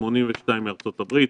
82 מארצות הברית,